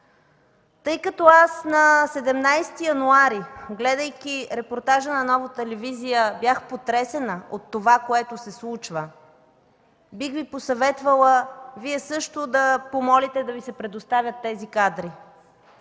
Тъй като на 17 януари, гледайки репортажа на Нова телевизия, бях потресена от това, което се случва, бих Ви посъветвала Вие също да помолите да Ви се предоставят тези кадри.